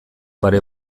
pare